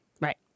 right